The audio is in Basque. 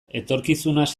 etorkizunaz